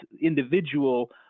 individual